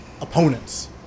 opponents